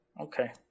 Okay